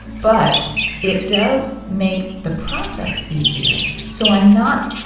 but it does make the process easier so i'm not,